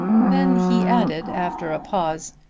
then he added after a pause,